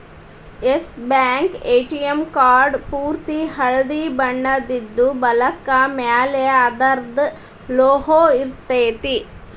S Bank ATM card ಪೂರ್ತಿ ಹಳ್ದಿ ಬಣ್ಣದಿದ್ದು, ಬಲಕ್ಕ ಮ್ಯಾಲೆ ಅದರ್ದ್ ಲೊಗೊ ಇರ್ತೆತಿ